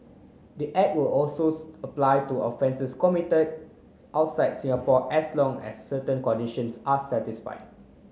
the Act will apply to offences committed outside Singapore as long as certain conditions are satisfied